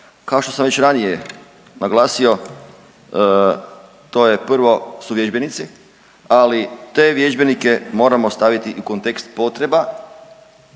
Kao što sam već ranije naglasio to je prvo su vježbenici, ali te vježbenike moramo staviti i u kontekst potreba,